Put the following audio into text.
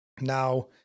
Now